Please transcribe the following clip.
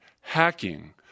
hacking